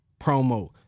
promo